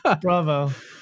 bravo